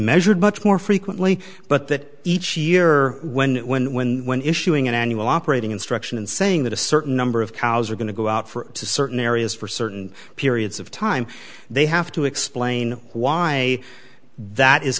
measured much more frequently but that each year when when when when issuing an annual operating instruction and saying that a certain number of cows are going to go out for certain areas for certain periods of time they have to explain why that is